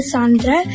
Sandra